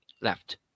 left